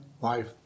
life